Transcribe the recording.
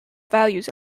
values